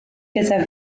gyda